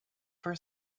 per